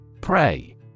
Pray